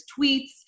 tweets